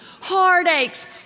heartaches